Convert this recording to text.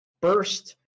burst